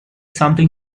something